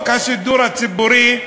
השידור הציבורי הוקם,